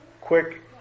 quick